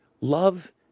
love